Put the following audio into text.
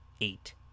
eight